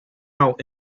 out